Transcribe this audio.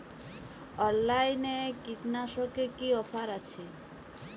অনলাইনে কীটনাশকে কি অফার আছে?